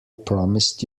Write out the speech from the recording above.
promised